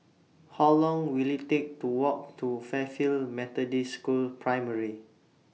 How Long Will IT Take to Walk to Fairfield Methodist School Primary